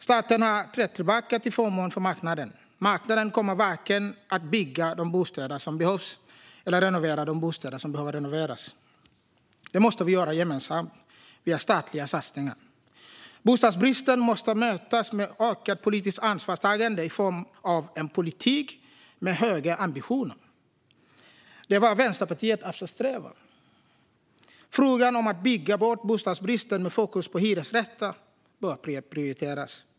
Staten har trätt tillbaka till förmån för marknaden. Marknaden kommer varken att bygga de bostäder som behövs eller renovera de bostäder som behöver renoveras. Det måste vi göra gemensamt via statliga satsningar. Bostadsbristen måste mötas med ökat politiskt ansvarstagande i form av en politik med höga ambitioner. Det är vad Vänsterpartiet eftersträvar. Frågan om att bygga bort bostadsbristen med fokus på hyresrätter bör prioriteras.